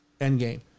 Endgame